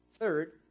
Third